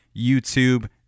YouTube